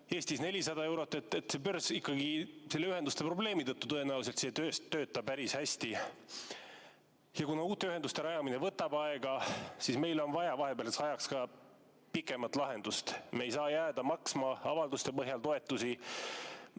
Eestis 400 eurot – ikkagi börs ühenduste probleemi tõttu tõenäoliselt ei tööta päris hästi. Kuna uute ühenduste rajamine võtab aega, siis meil on vaja vahepealseks ajaks ka pikemat lahendust. Me ei saa jääda avalduste põhjal toetusi